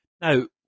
Now